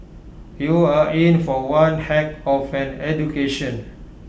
you're in for one heck of an education